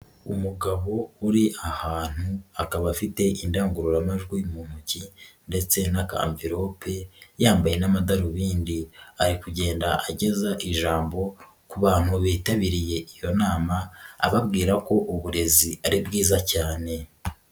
Umugabo uri ahantu akaba afite indangururamajwi mu ntoki ndetse n'akamvilope yambaye n'amadarubindi, ari kugenda ageza ijambo ku bantu bitabiriye iyo nama ababwira ko uburezi ari bwiza cyane.